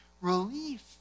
relief